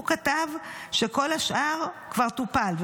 הוא כתב שכל השאר כבר טופל,